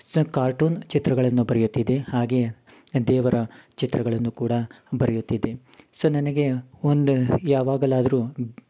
ಸ ಕಾರ್ಟೂನ್ ಚಿತ್ರಗಳನ್ನು ಬರೆಯುತ್ತಿದೆ ಹಾಗೆ ದೇವರ ಚಿತ್ರಗಳನ್ನು ಕೂಡ ಬರೆಯುತ್ತಿದೆ ಸೊ ನನಗೆ ಒಂದು ಯಾವಾಗಲಾದರು